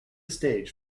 stage